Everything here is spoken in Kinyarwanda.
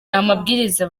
amabwiriza